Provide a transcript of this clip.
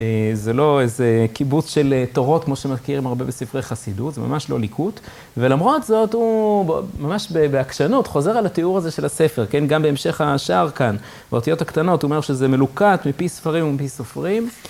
זה לא איזה קיבוץ של תורות כמו שמזכירים הרבה בספרי חסידות, זה ממש לא ליקוט. ולמרות זאת הוא ממש בעקשנות חוזר על התיאור הזה של הספר, כן? גם בהמשך השאר כאן, באותיות הקטנות הוא אומר שזה מלוקט מפי ספרים ומפי סופרים.